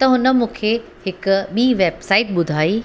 त हुन मूंखे हिक ॿी वेबसाइट ॿुधाई